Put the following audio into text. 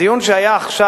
הדיון שהיה עכשיו,